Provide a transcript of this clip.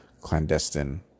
clandestine